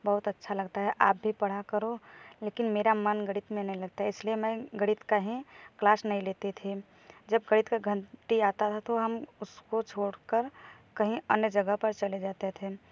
बहुत अच्छा लगता है आप भी पढ़ा करो लेकिन मेरा मन गणित में नहीं लगता इसलिए मैं गणित का ही क्लास नहीं लेती थी जब गणित का घंटी आता है तो हम उसको छोड़कर कहीं अन्य जगह पर चले जाते थे